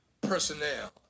personnel